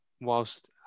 whilst